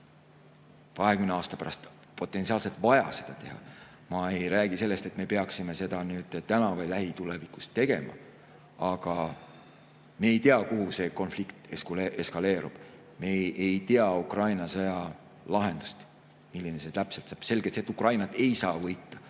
20 aasta pärast, potentsiaalselt vaja seda teha. Ma ei räägi sellest, et me peaksime seda nüüd või lähitulevikus tegema. Aga me ei tea, kuidas see konflikt eskaleerub. Me ei tea Ukraina sõja lahendust, milline see täpselt olema saab. Selge see, et Ukrainat ei saa võita,